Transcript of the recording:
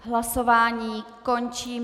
Hlasování končím.